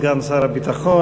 סגן שר הביטחון.